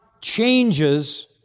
changes